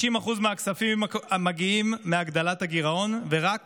90% מהכספים מגיעים מהגדלת הגירעון, ורק